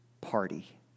party